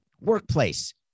Workplace